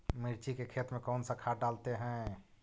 मिर्ची के खेत में कौन सा खाद डालते हैं?